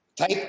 type